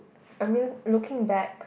I mean looking back